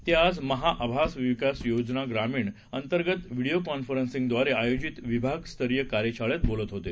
ते आज महा आवास अभियान ग्रामीण अंतर्गत व्हीडिओ कॉन्फरन्सद्वारे आयोजित विभागस्तरीय कार्यशाळेत बोलत होते